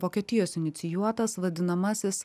vokietijos inicijuotas vadinamasis